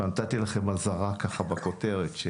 נתתי לכם אזהרה בכותרת.